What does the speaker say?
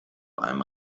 beim